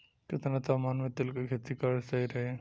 केतना तापमान मे तिल के खेती कराल सही रही?